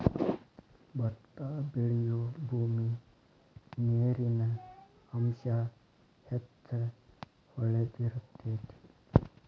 ಬತ್ತಾ ಬೆಳಿಯುಬೂಮಿ ನೇರಿನ ಅಂಶಾ ಹೆಚ್ಚ ಹೊಳದಿರತೆತಿ